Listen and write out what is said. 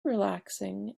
relaxing